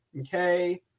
okay